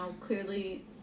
clearly